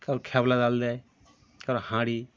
কারুর খ্যাপলা জাল দেয় কারুর হাঁড়ি